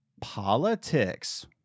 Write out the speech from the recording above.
Politics